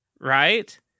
right